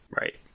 Right